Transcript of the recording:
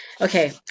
Okay